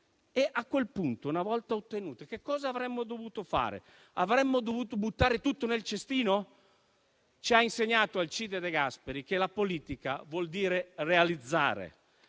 A quel punto, una volta ottenute, che cosa avremmo dovuto fare? Avremmo dovuto buttare tutto nel cestino? Ci ha insegnato Alcide De Gasperi che la politica vuol dire realizzare.